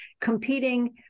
competing